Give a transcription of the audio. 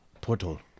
portal